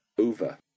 over